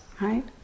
Right